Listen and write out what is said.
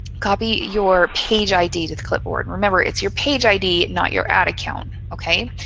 copy your page id to the clipboard. remember, it's your page id, not your ad account. okay?